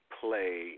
play